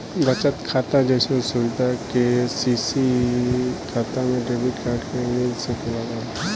बचत खाता जइसन सुविधा के.सी.सी खाता में डेबिट कार्ड के मिल सकेला का?